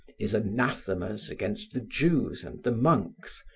his anathemas against the jews and the monks,